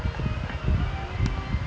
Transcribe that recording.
demonstration form ah